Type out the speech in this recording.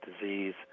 disease